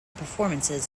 performances